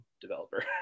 developer